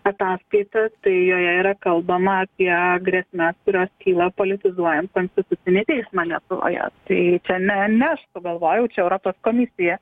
ataskaitą tai joje yra kalbama apie grėsmes kurios kyla politizuojant konstitucinį teismą lietuvoje tai čia ne ne aš sugalvojau čia europos komisija